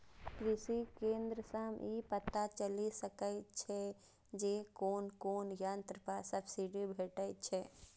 कृषि केंद्र सं ई पता चलि सकै छै जे कोन कोन यंत्र पर सब्सिडी भेटै छै